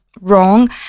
wrong